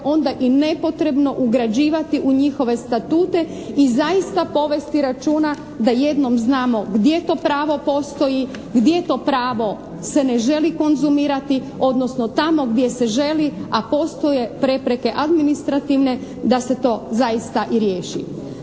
onda i nepotrebno ugrađivati u njihove statute i zaista povesti računa da jednom znamo gdje to pravo postoji, gdje to pravo se ne želi konzumirati, odnosno tamo gdje se želi, a postoje prepreke administrativne, da se to zaista i riješi.